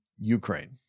Ukraine